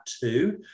two